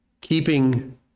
keeping